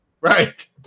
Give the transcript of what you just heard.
Right